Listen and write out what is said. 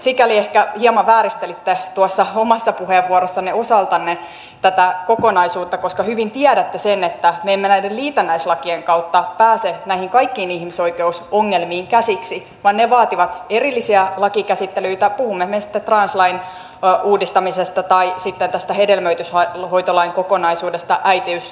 sikäli ehkä hieman vääristelitte tuossa omassa puheenvuorossanne osaltanne tätä kokonaisuutta koska hyvin tiedätte sen että me emme näiden liitännäislakien kautta pääse näihin kaikkiin ihmisoikeusongelmiin käsiksi vaan ne vaativat erillisiä lakikäsittelyitä puhuimme me sitten translain uudistamisesta tai tästä hedelmöityshoitolain kokonaisuudesta äitiyslaista